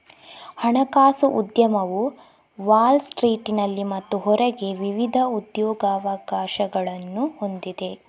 ಹಣಕಾಸು ಉದ್ಯಮವು ವಾಲ್ ಸ್ಟ್ರೀಟಿನಲ್ಲಿ ಮತ್ತು ಹೊರಗೆ ವಿವಿಧ ಉದ್ಯೋಗಾವಕಾಶಗಳನ್ನು ಹೊಂದಿದೆ